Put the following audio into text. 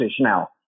now